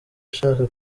ushaka